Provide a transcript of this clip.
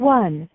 one